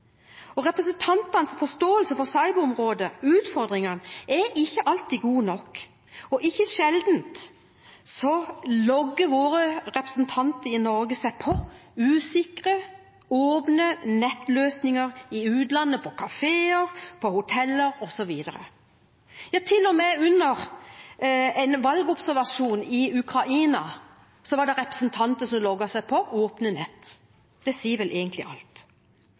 Representantenes forståelse for cyberområdet og utfordringene er ikke alltid god nok. Ikke sjelden logger våre representanter fra Norge seg på usikre, åpne nettløsninger i utlandet på kafeer, hoteller osv. Ja, til og med under en valgobservasjon i Ukraina var det representanter som logget seg på åpne nett. Det sier vel egentlig alt.